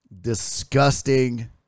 Disgusting